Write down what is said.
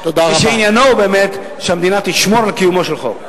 מפני שעניינה הוא באמת שהממשלה תשמור על קיומו של חוק.